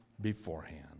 beforehand